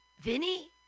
Vinny